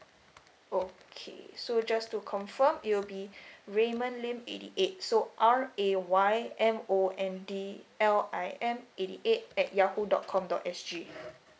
okay so just to confirm it will be raymond lin eighty eight so R A Y M O N D L I M eighty eight at yahoo dot com dot S_G